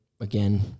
again